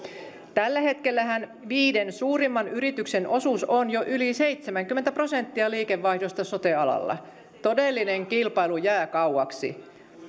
tällä hetkellähän viiden suurimman yrityksen osuus on jo yli seitsemänkymmentä prosenttia liikevaihdosta sote alalla todellinen kilpailu jää kauaksi